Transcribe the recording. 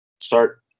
start